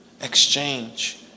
exchange